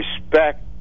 respect